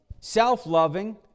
self-loving